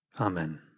Amen